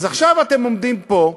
אז עכשיו אתם עומדים פה,